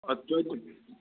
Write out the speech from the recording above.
اَدٕ توتہِ